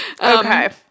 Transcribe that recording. Okay